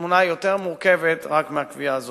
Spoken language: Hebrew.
התמונה היא יותר מורכבת מהקביעה הזאת.